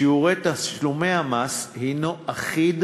שיעור תשלומי המס הוא אחיד,